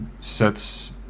sets